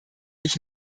ich